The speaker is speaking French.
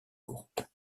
courte